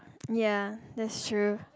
ya that's true